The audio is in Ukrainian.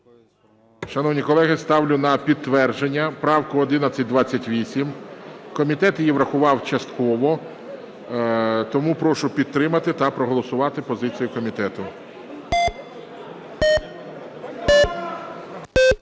Шановні колеги, ставлю на підтвердження правку 1128. Комітет її врахував частково. Тому прошу підтримати та проголосувати позицію комітету.